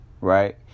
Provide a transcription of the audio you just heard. right